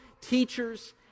teachers